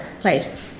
place